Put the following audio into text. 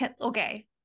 okay